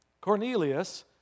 Cornelius